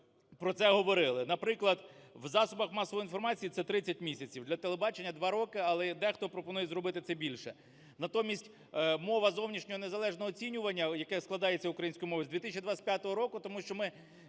про це говорили. Наприклад, в засобах масової інформації це 30 місяців. Для телебачення – два роки, але дехто пропонує зробити це більше. Натомість мова зовнішнього незалежного оцінювання, яке складається українською мовою, з 2025 року, тому що